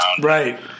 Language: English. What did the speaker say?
right